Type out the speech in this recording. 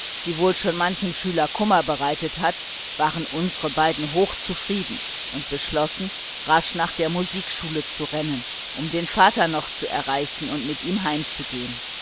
die wohl schon manchem schuler kummer bereitet hat waren unsere beiden hochbefriedigt und beschlossen rasch nach der musikschule zu rennen um den vater noch zu erreichen und mit ihm heimzugehen